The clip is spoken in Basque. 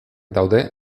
daude